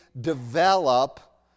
develop